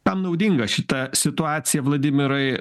kam naudinga šita situacija vladimirai